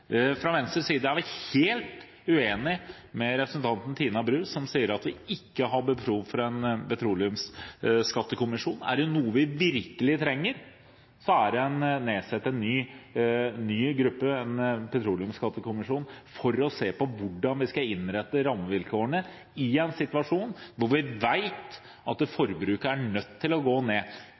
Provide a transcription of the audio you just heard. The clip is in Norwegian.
Fra Venstres side er vi helt uenig med representanten Tina Bru, som sier at vi ikke har behov for en petroleumsskattekommisjon. Er det noe vi virkelig trenger, så er det å nedsette en ny gruppe, en petroleumsskattekommisjon for å se på hvordan vi skal innrette rammevilkårene i en situasjon der vi vet at forbruket er nødt til å gå ned